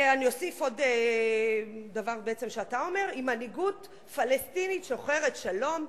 אני אוסיף עוד דבר שאתה בעצם אומר: עם מנהיגות פלסטינית שוחרת שלום,